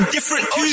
Different